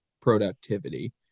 productivity